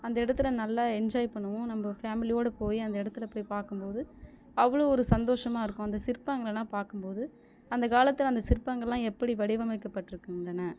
அந்த இடத்துல நல்லா என்ஜாய் பண்ணுவோம் நம்ம ஃபேமிலியோடய போய் அந்த இடத்துல போய் பார்க்கும் போது அவ்வளோ ஒரு சந்தோசமாக இருக்கும் இந்த சிற்பங்களெல்லாம் பார்க்கும் போது அந்த காலத்தில் அந்த சிற்பங்களெலாம் எப்படி வடிவமைக்கப்பட்டுருக்கின்றன